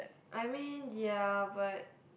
I mean ya but